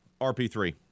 RP3